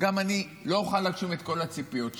גם אני לא אוכל להגשים את כל הציפיות שלו.